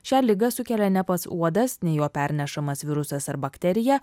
šią ligą sukelia ne pats uodas ne jo pernešamas virusas ar bakterija